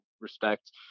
respect